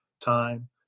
time